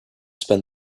spend